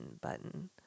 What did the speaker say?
Button